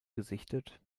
gesichtet